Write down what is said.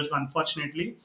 unfortunately